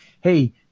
hey